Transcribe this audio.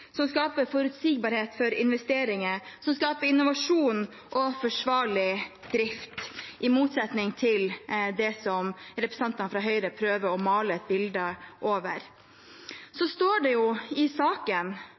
som skaper forutsigbarhet for investeringer, og som skaper innovasjon og forsvarlig drift – i motsetning til det representantene fra Høyre prøver å male et bilde